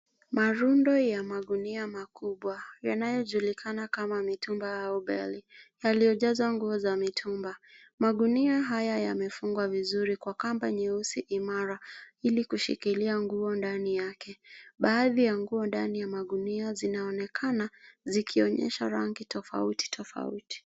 Marundo ya magunia makubwa yanayojulikana kama mitumba au bale yaliyojazwa nguo za mitumba. Magunia haya yamefungwa vizuri kwa kamba nyeusi imara ili kushikilia nguo ndani yake. Baadhi ya nguo ndani ya magunia zinaonekana zikionyesha rangi tofauti tofauti.